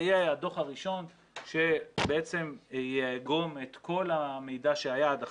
זה יהיה הדוח הראשון שבעצם יאגום את כל המידע שהיה עד עכשיו.